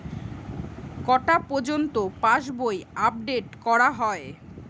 কটা পযর্ন্ত পাশবই আপ ডেট করা হয়?